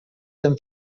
dem